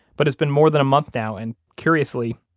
but it's been more than a month now and curiously,